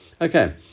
Okay